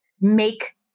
make